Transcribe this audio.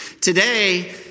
Today